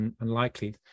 unlikely